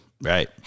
Right